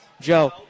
Joe